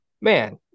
man